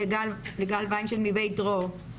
לגל ויינשטיין מבית דרור.